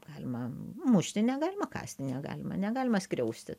galima mušti negalima kąsti negalima negalima skriausti